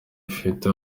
ifite